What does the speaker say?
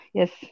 yes